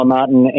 Martin